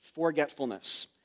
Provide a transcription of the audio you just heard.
forgetfulness